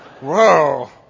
Whoa